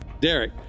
Derek